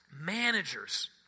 Managers